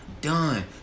Done